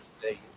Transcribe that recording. today